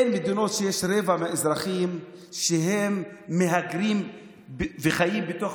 אין מדינות שבהן רבע מהאזרחים הם מהגרים וחיים בתוך